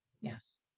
yes